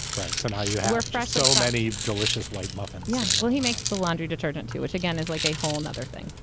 right so now you are fresh. so many delicious white muffins yeah well, he makes the laundry detergent too, which again is like a whole nother thing.